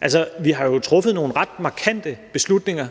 Altså, vi har jo truffet nogle ret markante beslutninger